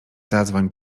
zadzwoń